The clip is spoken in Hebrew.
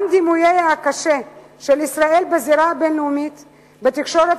גם דימויה הקשה של ישראל בזירה הבין-לאומית ובתקשורת